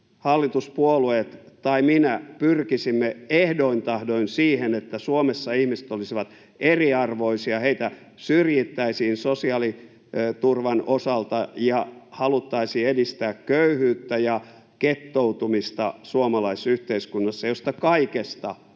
hallituspuolueet tai minä pyrkisimme ehdoin tahdoin siihen, että Suomessa ihmiset olisivat eriarvoisia, heitä syrjittäisiin sosiaaliturvan osalta ja haluttaisiin edistää köyhyyttä ja gettoutumista suomalaisessa yhteiskunnassa, mistä kaikesta on